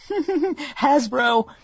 Hasbro